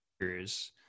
years